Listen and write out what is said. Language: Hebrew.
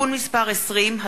(תיקון מס' 20),